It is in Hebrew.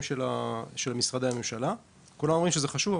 של משרדי הממשלה כולם אומרים שזה חשוב,